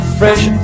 fresh